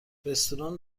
رستوران